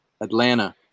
Atlanta